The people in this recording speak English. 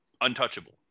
untouchable